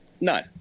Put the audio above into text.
No